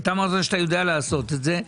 אתה אמרת שאתה יודע לעשות את זה.